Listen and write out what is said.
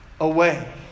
away